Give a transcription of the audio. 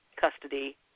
custody